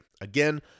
Again